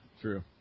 True